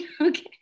Okay